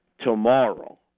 tomorrow